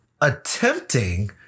attempting